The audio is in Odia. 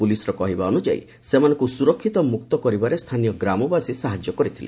ପୁଲିସ୍ର କହିବା ଅନୁଯାୟୀ ସେମାନଙ୍କୁ ସୁରକ୍ଷିତ ମୁକ୍ତ କରିବାରେ ସ୍ଥାନୀୟ ଗ୍ରାମବାସୀ ସାହାଯ୍ୟ କରିଥିଲେ